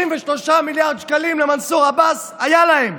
53 מיליארד שקלים למנסור עבאס היה להם,